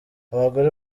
abagore